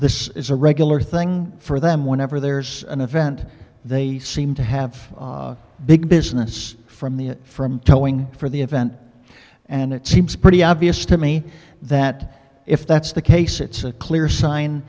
this is a regular thing for them whenever there's an event they seem to have big business from the from towing for the event and it seems pretty obvious to me that if that's the case it's a clear sign